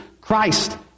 Christ